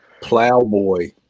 Plowboy